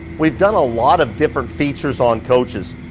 we've done a lot of different features on coaches.